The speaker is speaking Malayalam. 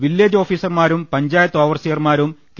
വില്ലേജ് ഓഫീസർമാരും പഞ്ചായത്ത് ഓവർസിയർമാരും കെ